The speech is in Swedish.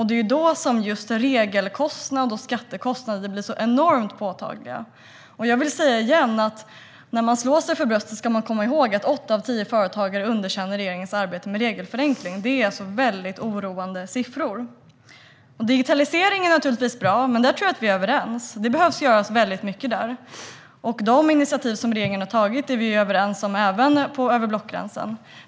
Det är då som regelkostnader och skattekostnader blir så enormt påtagliga. När man slår sig för bröstet ska man komma ihåg att åtta av tio företagare underkänner regeringens arbete med regelförenkling. Det är oroande siffror. Digitalisering är naturligtvis bra, men där tror jag att vi är överens. Det behöver göras mycket där. De initiativ som regeringen har tagit är vi överens om även över blockgränsen.